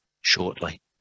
shortly